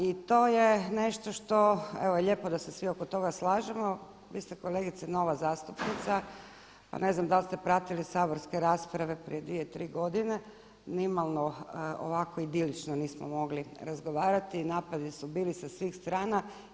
I to je nešto što evo lijepo da se svi oko toga slažemo, vi ste kolegice nova zastupnica pa ne znam da li ste pratili saborske rasprave prije dvije, tri godine, nimalo ovako idilično nismo mogli razgovarati, napadi su bili sa svih strana.